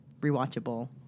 rewatchable